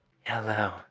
Hello